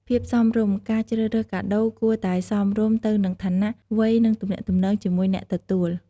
ភាពសមរម្យ ការជ្រើសរើសកាដូគួរតែសមរម្យទៅនឹងឋានៈ វ័យ និងទំនាក់ទំនងជាមួយអ្នកទទួល។